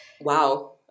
wow